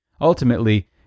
Ultimately